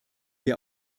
wir